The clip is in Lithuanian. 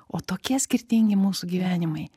o tokie skirtingi mūsų gyvenimai